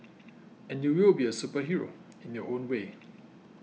and you will be a superhero in your own way